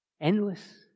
Endless